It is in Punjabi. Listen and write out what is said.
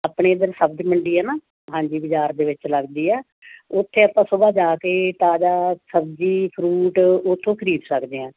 ਆਪਣੇ ਇੱਧਰ ਸਬਜ਼ੀ ਮੰਡੀ ਹੈ ਨਾ ਹਾਂਜੀ ਬਾਜ਼ਾਰ ਦੇ ਵਿੱਚ ਲੱਗਦੀ ਹੈ ਉੱਥੇ ਆਪਾਂ ਸੁਬਹਾ ਜਾ ਕੇ ਤਾਜ਼ਾ ਸਬਜ਼ੀ ਫਰੂਟ ਉੱਥੋਂ ਖਰੀਦ ਸਕਦੇ ਹਾਂ